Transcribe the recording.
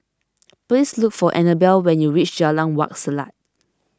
please look for Anabel when you reach Jalan Wak Selat